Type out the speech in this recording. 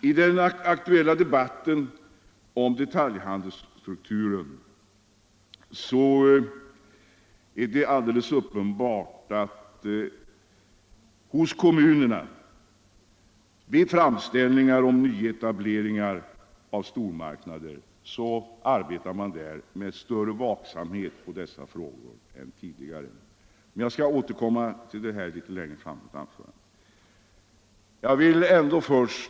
I den aktuella debatten om detaljhandelsstrukturen är det alldeles uppenbart att kommunerna när det gäller framställningar om nyetablering av stormarknader arbetar med större vaksamhet än tidigare. Men jag skall återkomma till detta litet längre fram i mitt anförande.